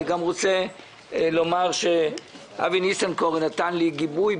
אני גם רוצה לומר שאבי ניסנקורן נתן לי גיבוי.